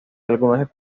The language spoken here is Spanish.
algunos